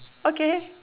okay